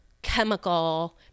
chemical